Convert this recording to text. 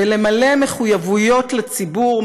ולמלא מחויבויות לציבור,